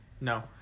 No